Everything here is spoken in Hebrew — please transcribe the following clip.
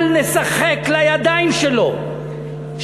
אל נשחק לידיים שלו,